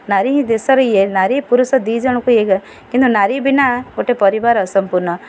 ନାରୀ ହିଁ ଦେଶରେ ଇଏ ନାରୀ ପୁରୁଷ ଦୁଇ ଜଣକୁ ଇଏ କିନ୍ତୁ ନାରୀ ବିନା ଗୋଟେ ପରିବାର ଅସମ୍ପୂର୍ଣ୍ଣ